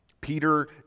Peter